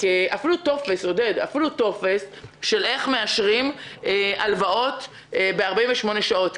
אפילו טופס של איך מאשרים הלוואות ב-48 שעות.